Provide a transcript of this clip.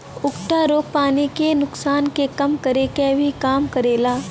उकठा रोग पानी के नुकसान के कम करे क भी काम करेला